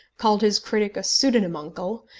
called his critic a pseudonymuncle,